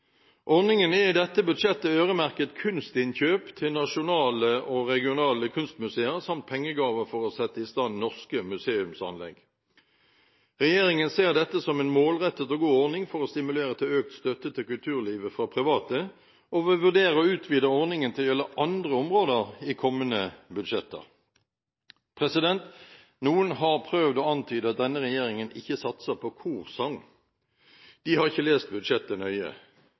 Ordningen er i dette budsjettet øremerket kunstinnkjøp til nasjonale og regionale kunstmuseer samt pengegaver for å sette i stand norske museumsanlegg. Regjeringen ser dette som en målrettet og god ordning for å stimulere til økt støtte til kulturlivet fra private og vil vurdere å utvide ordningen til å gjelde andre områder i kommende budsjetter. Noen har prøvd å antyde at denne regjeringen ikke satser på korsang. De har ikke lest budsjettet nøye.